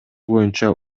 боюнча